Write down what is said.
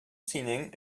синең